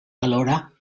alhora